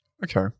Okay